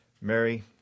Mary